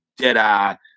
dead-eye